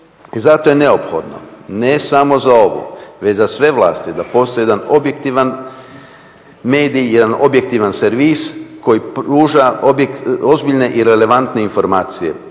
Zato je neophodno, ne samo za ovu već za sve vlasti, da postoji jedan objektivan medij, jedan objektivan servis koji pruža ozbiljne i relevantne informacije,